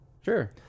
Sure